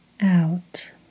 out